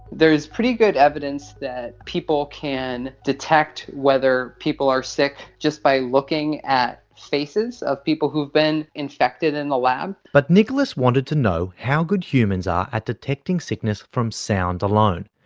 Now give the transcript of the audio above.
there is pretty good evidence that people can detect whether people are sick just by looking at faces of people who have been infected in the lab. but nicholas wanted to know how good humans are at detecting sickness from sound alone,